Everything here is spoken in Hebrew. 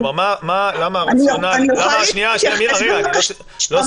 אני יכולה להתייחס בבקשה?